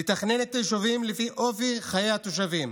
לתכנן את היישובים לפי אופי חיי התושבים